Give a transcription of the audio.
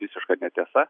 visiška netiesa